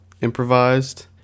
improvised